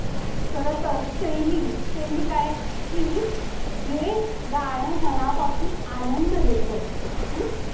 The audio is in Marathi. खरं तर शैली शैली काय की जे गाणं मनापासून आनंद देतं